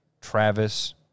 Travis